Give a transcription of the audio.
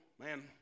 man